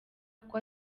kuko